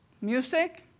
Music